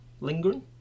lingering